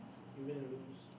you win and lose